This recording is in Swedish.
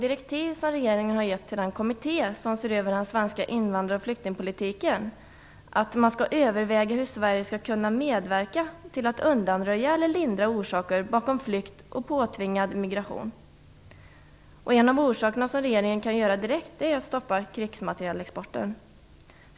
I regeringens direktiv till den kommitté som ser över den svenska invandrar och flyktingpolitiken står det att man skall överväga hur Sverige skall kunna medverka till att undanröja eller lindra orsaker till flykt och påtvingad emigration. En sådan orsak kan regeringen undanröja direkt genom att stoppa krigsmaterielexporten.